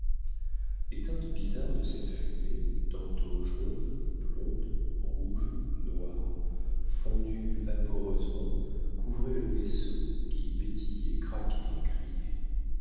les teintes bizarres de cette fumée tantôt jaune blonde rouge noire fondues vaporeusement couvraient le vaisseau qui pétillait craquait et criait